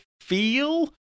feel